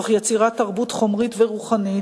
תוך יצירת תרבות חומרית ורוחנית,